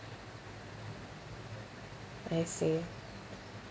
I see